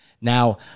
Now